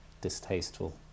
distasteful